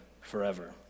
forever